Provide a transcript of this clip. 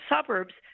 suburbs